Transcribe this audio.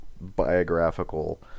biographical